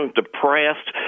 depressed